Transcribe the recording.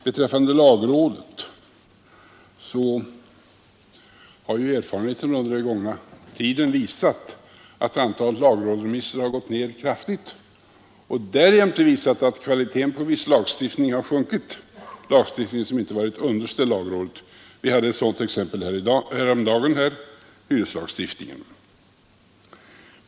När det gäller lagrådet har erfarenheten under den gångna tiden visat att antalet lagrådsremisser har sjunkit kraftigt och dessutom att kvaliteten på viss lagstiftning har nedgått, nämligen sådan lagstiftning som inte har varit underställd lagrådet. Vi hade ett sådant exempel häromdagen, när vi behandlade hyreslagstiftningen.